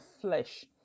flesh